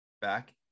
back